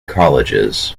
colleges